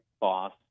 boss